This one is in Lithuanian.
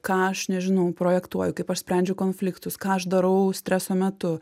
ką aš nežinau projektuoju kaip aš sprendžiu konfliktus ką aš darau streso metu